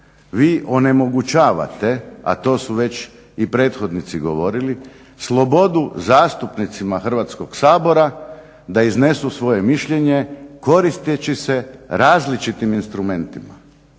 Vi onemogućavate, a to su već i prethodnici govorili slobodu zastupnicima Hrvatskog sabora da iznesu svoje mišljenje koristeći se različitim instrumentima.